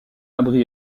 abri